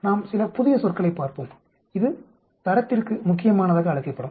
நாம் சில புதிய சொற்களைப் பார்ப்போம் இது தரத்திற்கு முக்கியமானதாக அழைக்கப்படும்